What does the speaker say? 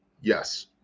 Yes